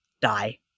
die